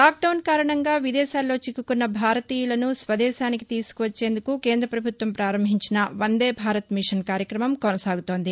lock డౌస్ కారణంగా విదేశాల్లో చిక్కుకున్న భారతీయులను స్వదేశానికి తీసుకువచ్చేందుకు కేంద్ర ప్రభుత్వం ప్రారంభించిన వందే భారత్ మిషన్ కార్యక్రమం కొనసాగుతోంది